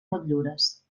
motllures